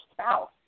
spouse